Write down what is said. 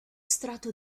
strato